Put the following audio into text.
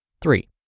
Three